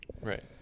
right